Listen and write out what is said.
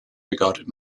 regarded